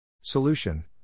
Solution